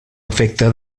efecte